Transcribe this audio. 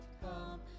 come